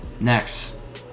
Next